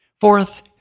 Fourth